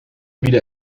wieder